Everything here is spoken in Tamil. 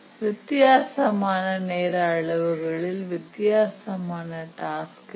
வித்தியாசமான நேர அளவுகளில் வித்தியாசமான டாஸ்க் இருக்கும்